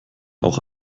auch